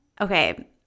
Okay